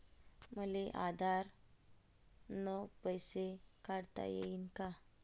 मले आधार न पैसे काढता येईन का?